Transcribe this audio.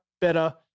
better